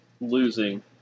losing